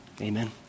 amen